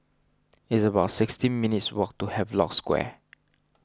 it's about sixteen minutes' walk to Havelock Square